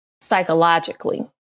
psychologically